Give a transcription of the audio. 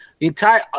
entire